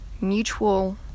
mutual